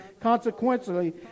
consequently